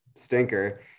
Stinker